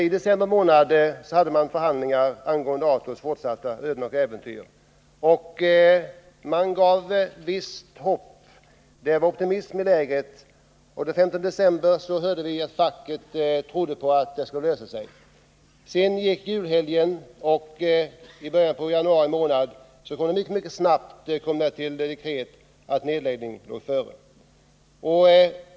I december månad hade man förhandlingar angående Ato:s fortsatta öden. De anställda ingavs då ett visst hopp, och det var optimism i lägret. Den 15 december trodde facket att problemen skulle få en lösning. Sedan gick julhelgen, och så snart som i början av januari månad kom ett dekret att en nedläggning förestod.